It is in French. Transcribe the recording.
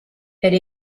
elle